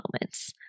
moments